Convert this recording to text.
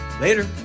Later